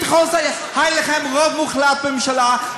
היה לכם רוב מוחלט בממשלה,